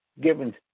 given